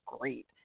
great